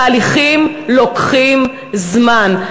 תהליכים לוקחים זמן.